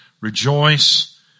Rejoice